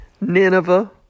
Nineveh